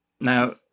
Now